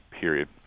period